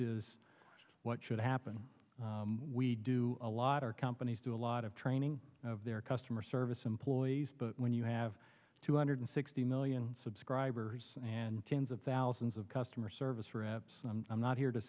is what should happen we do a lot our companies do a lot of training of their customer service employees but when you have two hundred sixty million subscribers and tens of thousands of customer service reps i'm not here to